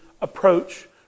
approach